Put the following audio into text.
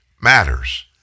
matters